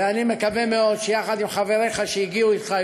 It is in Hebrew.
ואני מקווה מאוד שיחד עם חבריך שהגיעו אתך,